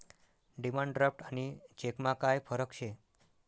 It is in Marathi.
डिमांड ड्राफ्ट आणि चेकमा काय फरक शे